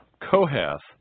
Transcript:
Kohath